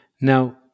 Now